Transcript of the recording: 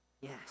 yes